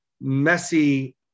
messy